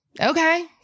okay